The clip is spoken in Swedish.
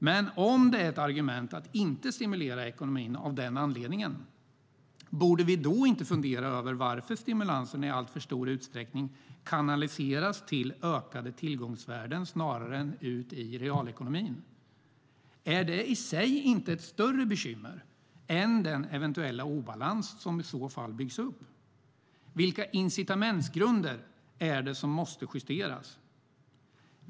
Men om det är ett argument för att inte stimulera ekonomin, borde vi då inte fundera över varför stimulanserna i alltför stor utsträckning kanaliseras till ökade tillgångsvärden snarare än ut i realekonomin? Är det inte i sig ett större bekymmer än den eventuella obalans som i så fall byggs upp? Vilka incitamentsgrunder är det som måste justeras?